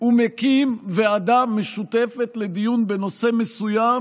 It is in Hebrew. ומקים ועדה משותפת לדיון בנושא מסוים,